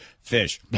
fish